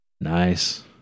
nice